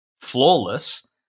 flawless